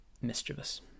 mischievous